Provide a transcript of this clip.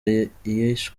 yishwe